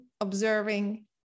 observing